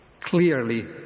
Clearly